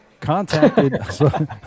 contacted